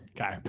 Okay